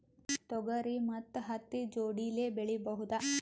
ತೊಗರಿ ಮತ್ತು ಹತ್ತಿ ಜೋಡಿಲೇ ಬೆಳೆಯಬಹುದಾ?